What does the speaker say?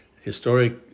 historic